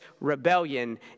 rebellion